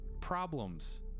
problems